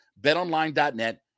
Betonline.net